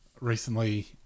recently